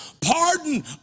pardon